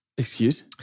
Excuse